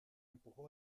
empujó